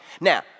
Now